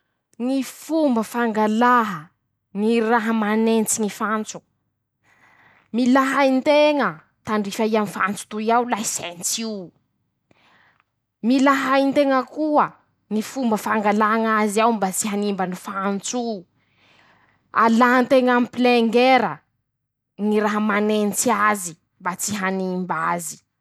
Ñy fomba fangalaha, ñy manentsy ñy fantso, mila hay nteña, tandry aia aminy fantso toy ao lay sents'ioo, mila hay nteña koa Ñy fomba fangalà ñazy ao mba tsy hanimba any fantsoo, alà nteña amipilengera ñy raha manentsy azy mba tsy hanimb'az.